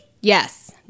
Yes